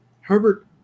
Herbert